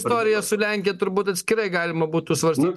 istoriją su lenkija turbūt atskirai galima būtų svarstyt